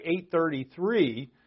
8.33